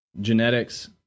genetics